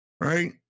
right